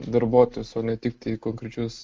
darbuotojus o ne tiktai į konkrečius